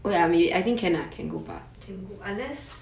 can go unless